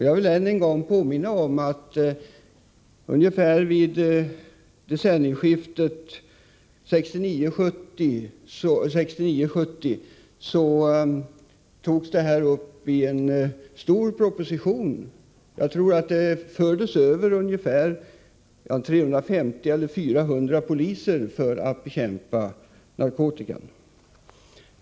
Jag vill än en gång påminna om att ungefär vid årsskiftet 1969-1970 togs saken upp i en stor proposition, och jag tror att 350-400 poliser fördes över för att bekämpa narkotikan.